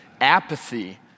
apathy